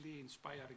inspiring